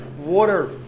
water